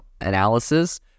analysis